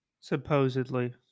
Supposedly